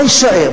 מה יישאר?